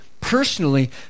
Personally